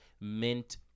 mint